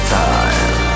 time